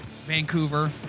Vancouver